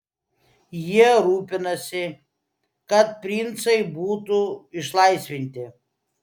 jie rūpinasi kad princai būtų išlaisvinti